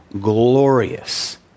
glorious